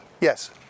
yes